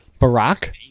Barack